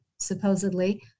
supposedly